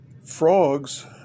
frogs